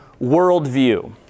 worldview